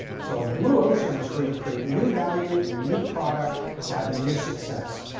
so a blue ocean is where you create new value and a new product to have a new success.